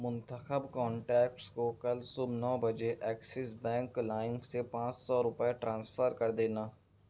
منتخب کانٹیکٹس کو کل صبح نو بجے ایکسس بینک لائم سے پانچ سو روپے ٹرانسفر کر دینا